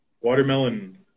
Watermelon